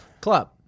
Club